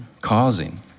causing